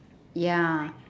ya